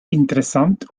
interessant